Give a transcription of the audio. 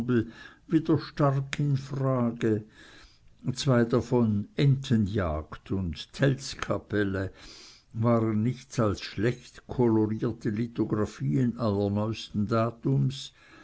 wieder stark in frage zwei davon entenjagd und tellskapelle waren nichts als schlecht kolorierte lithographien allerneuesten datums